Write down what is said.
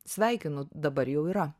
sveikinu dabar jau yra